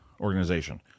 organization